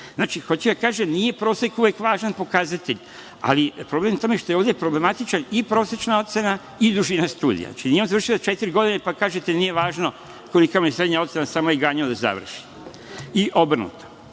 hoću da kažem, nije prosek uvek važan pokazatelj, ali problem je u tome što je ovde problematična i prosečna ocena i dužina studija. Znači, nije on završio za četiri godine, pa kažete - nije važno kolika mu je srednja ocena, samo je ganjao da završi, i obrnuto. Dakle,